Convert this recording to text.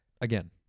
again